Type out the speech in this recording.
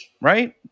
right